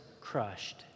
crushed